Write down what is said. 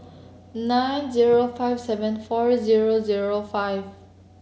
nine zero five seven four zero zero five